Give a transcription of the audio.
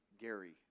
Gary